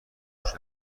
باشه